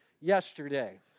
yesterday